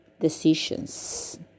decisions